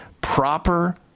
proper